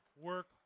work